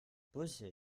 brüssel